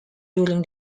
during